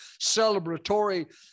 celebratory